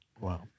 Wow